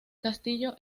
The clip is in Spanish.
castillo